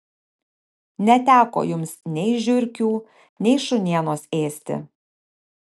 neteko jums nei žiurkių nei šunienos ėsti